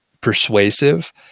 persuasive